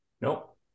Nope